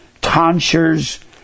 tonsures